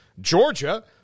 Georgia